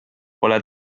pole